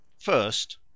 First